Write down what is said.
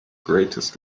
greatest